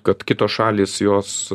kad kitos šalys jos